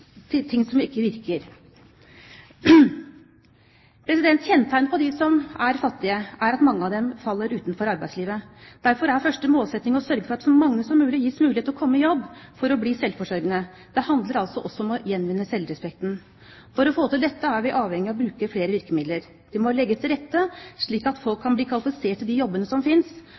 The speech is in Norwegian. som er fattige, er at mange av dem faller utenfor arbeidslivet. Derfor er første målsetting å sørge for at så mange som mulig gis mulighet til å komme i jobb for å bli selvforsørgende. Det handler altså også om å gjenvinne selvrespekten. For å få til dette er vi avhengige av å bruke flere virkemidler. Det må legges til rette slik at folk kan bli kvalifisert for de jobbene som finnes,